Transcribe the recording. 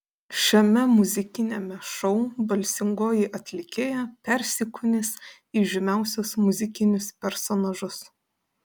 šiame muzikiniame šou balsingoji atlikėja persikūnys į žymiausius muzikinius personažus